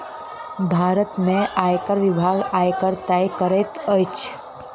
भारत में आयकर विभाग, आयकर तय करैत अछि